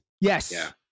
Yes